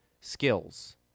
skills